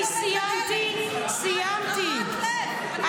אני סיימתי, סיימתי.